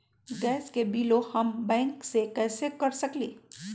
Gas के बिलों हम बैंक से कैसे कर सकली?